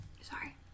sorry